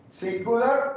secular